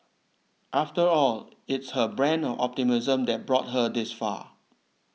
after all it's her brand of optimism that brought her this far